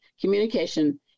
communication